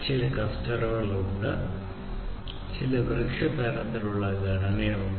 അതിനാൽ ചില ക്ലസ്റ്ററുകളുണ്ട് ഒരു വൃക്ഷ തരത്തിലുള്ള ഘടനയുണ്ട്